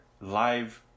Live